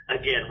Again